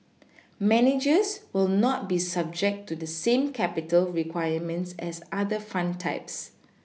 managers will not be subject to the same capital requirements as other fund types